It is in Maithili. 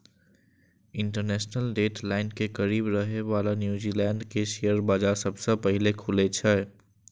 इंटरनेशनल डेट लाइन के करीब रहै बला न्यूजीलैंड के शेयर बाजार सबसं पहिने खुलै छै